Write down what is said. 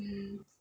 mm